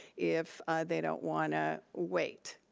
if they don't want to wait,